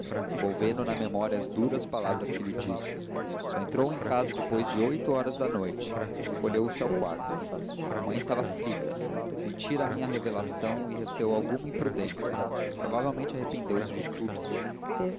revolvendo na memória as duras palavras que lhe disse só entrou em casa depois de oito horas da noite e recolheu-se ao quarto a mãe estava aflita pressentira a minha revelação e receou alguma imprudência provavelmente arrependeu-se de